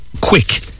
quick